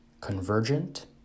convergent